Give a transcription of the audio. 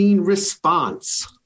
response